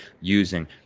using